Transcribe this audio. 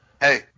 hey